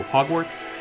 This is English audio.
Hogwarts